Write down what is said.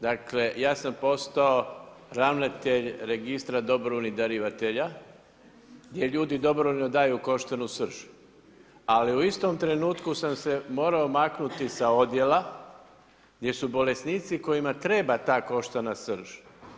Dakle ja sam postao ravnatelj Registra dobrovoljnog darivatelja gdje ljudi dobrovoljno daju koštanu srž, ali u istom trenutku sam se morao maknuti sa odjela gdje su bolesnici kojima treba ta koštana srž.